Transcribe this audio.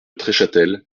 treschâtel